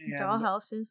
Dollhouses